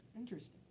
Interesting